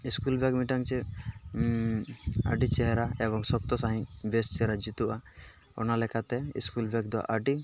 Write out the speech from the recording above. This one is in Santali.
ᱥᱠᱩᱞ ᱵᱮᱜᱽ ᱢᱤᱫᱴᱟᱝ ᱪᱮᱫ ᱟᱹᱰᱤ ᱪᱮᱦᱨᱟ ᱮᱵᱚᱝ ᱥᱚᱠᱛᱚ ᱥᱟᱹᱦᱤᱡ ᱵᱮᱥ ᱪᱮᱦᱨᱟ ᱡᱩᱛᱩᱜᱼᱟ ᱚᱱᱟ ᱞᱮᱠᱟᱛᱮ ᱥᱠᱩᱞ ᱵᱮᱜᱽ ᱫᱚ ᱟᱹᱰᱤ